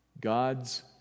God's